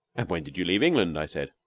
and when did you leave england? i said.